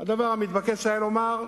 הדבר שהיה מתבקש לומר: